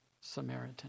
Samaritan